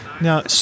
Now